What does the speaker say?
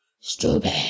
Stupid